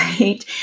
right